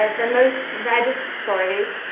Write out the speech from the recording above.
ah the most-read stories,